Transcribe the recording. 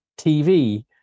TV